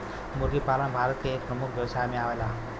मुर्गी पालन भारत के एक प्रमुख व्यवसाय में आवेला